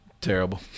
Terrible